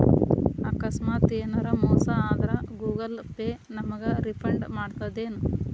ಆಕಸ್ಮಾತ ಯೆನರ ಮೋಸ ಆದ್ರ ಗೂಗಲ ಪೇ ನಮಗ ರಿಫಂಡ್ ಮಾಡ್ತದೇನು?